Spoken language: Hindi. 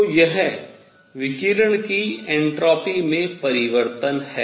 तो यह विकिरण की एन्ट्रापी में परिवर्तन है